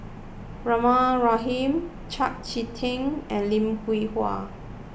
Rahimah Rahim Chau Sik Ting and Lim Hwee Hua